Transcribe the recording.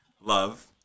love